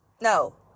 No